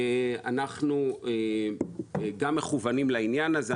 אנחנו מכוונים גם לעניין הזה.